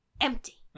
Empty